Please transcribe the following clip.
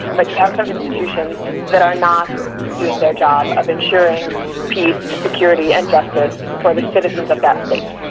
but you have some institutions that are not doing their job of ensuring peace, security and justice for the citizens of that state.